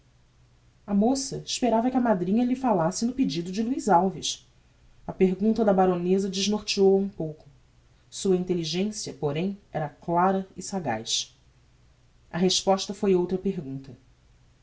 a moça esperava que a madrinha lhe falasse no pedido de luiz alves a pergunta da baroneza desnorteou a um pouco sua intelligencia porém era clara e sagaz a resposta foi outra pergunta